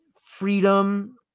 freedom